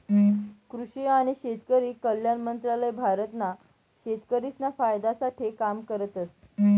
कृषि आणि शेतकरी कल्याण मंत्रालय भारत ना शेतकरिसना फायदा साठे काम करतस